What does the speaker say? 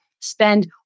spend